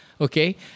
Okay